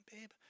babe